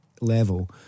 level